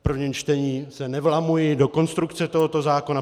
V prvním čtení se nevlamuji do konstrukce tohoto zákona.